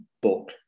book